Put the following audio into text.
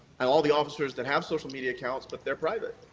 and all the officers that have social media accounts, but they're private.